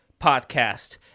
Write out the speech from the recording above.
podcast